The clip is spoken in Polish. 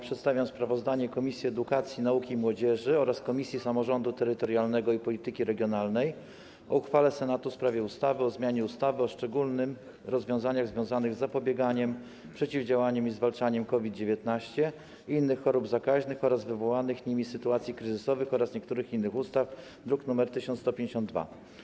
Przedstawiam sprawozdanie Komisji Edukacji, Nauki i Młodzieży oraz Komisji Samorządu Terytorialnego i Polityki Regionalnej o uchwale Senatu w sprawie ustawy o zmianie ustawy o szczególnych rozwiązaniach związanych z zapobieganiem, przeciwdziałaniem i zwalczaniem COVID-19, innych chorób zakaźnych oraz wywołanych nimi sytuacji kryzysowych oraz niektórych innych ustaw, druk nr 1152.